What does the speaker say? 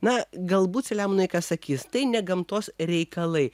na galbūt seliamonai kas sakys tai ne gamtos reikalai